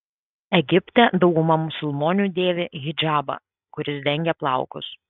egipte dauguma musulmonių dėvi hidžabą kuris dengia plaukus